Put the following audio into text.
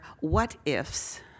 what-ifs